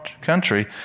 country